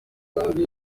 kandi